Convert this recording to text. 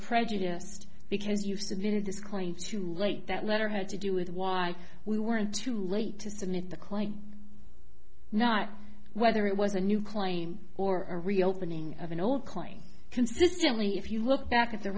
prejudiced because you submitted this claim too late that letter had to do with why we weren't too late to submit the claim not whether it was a new claim or a reopening of an old coin consistently if you look back at the